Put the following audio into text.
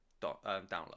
Download